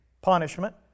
punishment